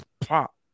pop